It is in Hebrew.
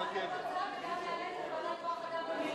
גם נשאל את צה"ל וגם נעלה את זה בוועדת כוח-אדם ומילואים